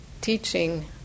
teaching